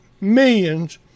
millions